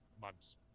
months